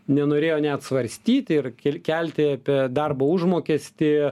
nenorėjo net svarstyti ir kelti apie darbo užmokestį